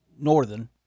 northern